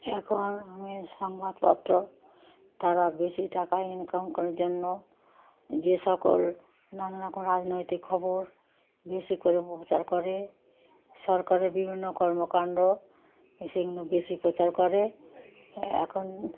এখন আমি সংবাদপত্র তারা বেশি টাকা ইনকাম করার জন্য যে সকল নানা রকম রাজনৈতিক খবর বেশি করে প্রচার করে সরকারের বিভিন্ন কর্মকাণ্ড সেগুলো বেশি প্রচার করে এখন